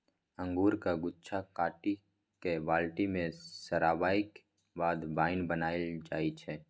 अंगुरक गुच्छा काटि कए बाल्टी मे सराबैक बाद बाइन बनाएल जाइ छै